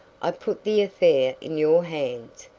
i put the affair in your hands,